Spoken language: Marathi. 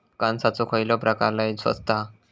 कणसाचो खयलो प्रकार लय स्वस्त हा?